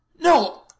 no